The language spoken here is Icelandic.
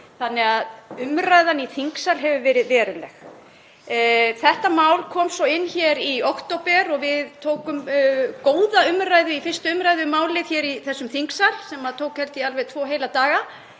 þannig að umræðan í þingsal hefur verið veruleg. Þetta mál kom svo inn hér í október og við tókum góða 1. umr. um málið í þessum þingsal sem tók, held ég, alveg tvo heila daga.